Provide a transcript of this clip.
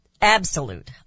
absolute